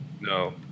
no